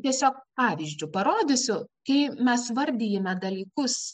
tiesiog pavyzdžiu parodysiu kai mes vardijame dalykus